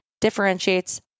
differentiates